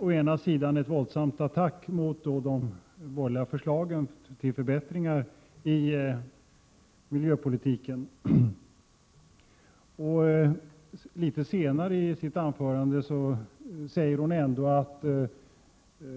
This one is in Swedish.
Först gjorde hon en våldsam attack mot de borgerliga förslagen till förbättringar i miljöpolitiken, men litet senare i sitt anförande sade hon att den